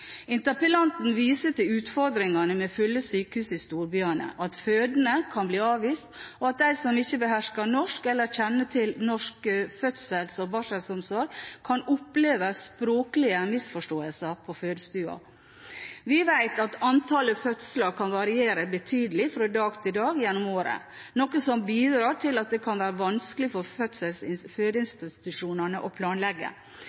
Interpellanten viser til utfordringene med fulle sykehus i storbyene, at fødende kan bli avvist, og at de som ikke behersker norsk, eller som ikke kjenner til norsk fødsels- og barselomsorg, kan oppleve språklige misforståelser på fødestuen. Vi vet at antallet fødsler kan variere betydelig fra dag til dag gjennom året, noe som bidrar til at det kan være vanskelig for